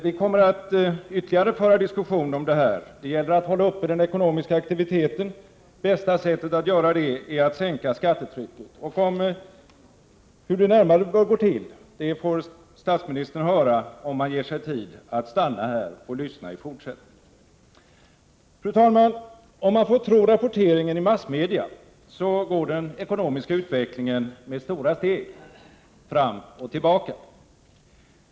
Vi kommer att ytterligare diskutera den här saken. Det gäller att hålla uppe den ekonomiska aktiviteten, och det bästa sättet att göra detta är att sänka skattetrycket. Hur det närmare bör gå till får statsministern höra, om han ger sig tid att stanna och lyssna. Fru talman! Om man får tro rapporteringen i massmedia, går den ekonomiska utvecklingen med stora steg — fram och tillbaka.